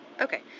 Okay